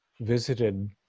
visited